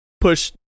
push